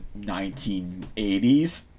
1980s